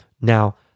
now